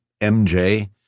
MJ